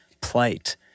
plight